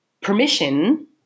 permission